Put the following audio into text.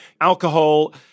Alcohol